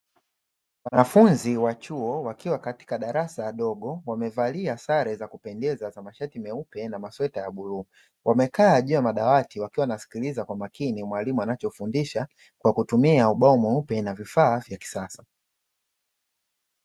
Wanafunzi wa chuo wakiwa katika darasa dogo wamevalia sare za kupendeza ya mashati meupe na masheta ya bluu, wamekaa juu ya madawati wakisikiliza kwa umakini mwalimu anachofundisha kwa kutumia ubao mweupe na vifaa vya kisasa.